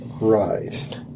right